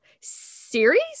series